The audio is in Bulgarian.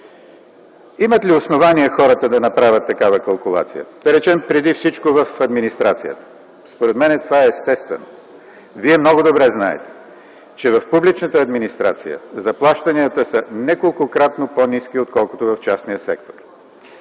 Имат ли основание хората да направят такава калкулация, да речем, преди всичко в администрацията? Според мен, това е естествено. Вие много добре знаете, че в публичната администрация заплащанията са неколкократно по-ниски отколкото в частния сектор;